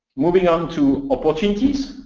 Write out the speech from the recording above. moving onto opportunities,